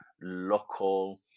local